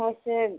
वैसे